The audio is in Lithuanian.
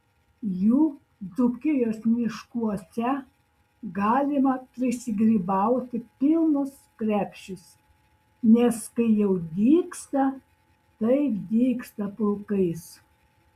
jų dzūkijos miškuose galima prisigrybauti pilnus krepšius nes kai jau dygsta tai dygsta pulkais